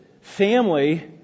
family